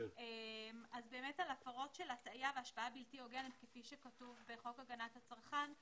על הפרות של הטעיה והשפעה בלתי הוגנת כפי שכתוב בחוק הגנת הצרכן,